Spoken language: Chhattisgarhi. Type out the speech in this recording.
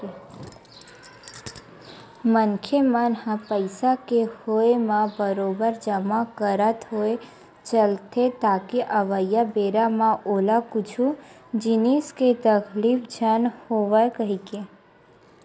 मनखे मन ह पइसा के होय म बरोबर जमा करत होय चलथे ताकि अवइया बेरा म ओला कुछु जिनिस के तकलीफ झन होवय कहिके